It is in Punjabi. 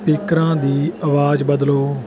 ਸਪੀਕਰਾਂ ਦੀ ਆਵਾਜ਼ ਬਦਲੋ